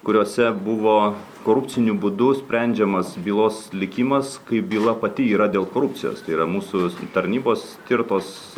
kuriose buvo korupciniu būdu sprendžiamas bylos likimas kai byla pati yra dėl korupcijos tai yra mūsų tarnybos tirtos